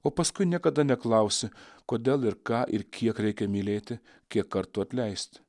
o paskui niekada neklausi kodėl ir ką ir kiek reikia mylėti kiek kartų atleist